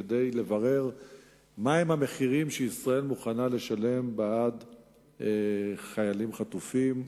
כדי לברר מה הם המחירים שישראל מוכנה לשלם בעד חיילים חטופים.